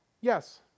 Yes